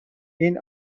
این